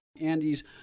Andy's